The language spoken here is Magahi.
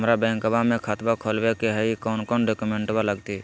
हमरा बैंकवा मे खाता खोलाबे के हई कौन कौन डॉक्यूमेंटवा लगती?